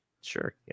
sure